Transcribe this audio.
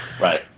right